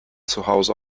zuhause